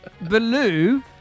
Baloo